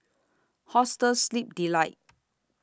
Hostel Sleep Delight